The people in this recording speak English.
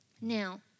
Now